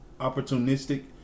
opportunistic